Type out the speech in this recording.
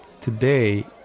today